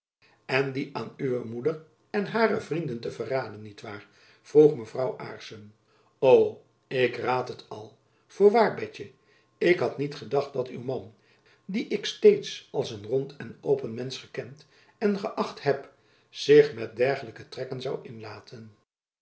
en die aan uwe moeder en hare vrienden te verraden niet waar vroeg mevrouw aarssen o ik raad het al voorwaar betjen ik had niet gedacht dat uw man dien ik steeds als een rond en open mensch gekend en geacht heb zich met dergelijke treken zoû inlaten